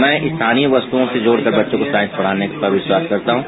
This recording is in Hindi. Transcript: मैं स्थानीय वस्तुओं से जोड़कर बच्चों को साइंस पढ़ाने पर विश्वास करता हूं